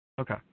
Okay